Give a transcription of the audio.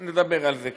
נדבר על זה ככה.